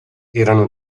erano